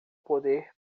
poder